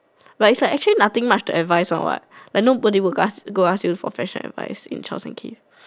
but is like actually nothing much to advice one what like nobody would actually ask you for go ask you for fashion advice in Charles and Keith